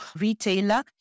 Retailer